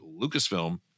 Lucasfilm